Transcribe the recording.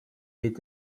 est